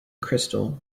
crystal